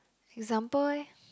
example eh